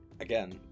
again